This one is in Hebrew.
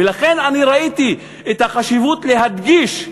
ולכן אני ראיתי את החשיבות להדגיש,